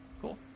Cool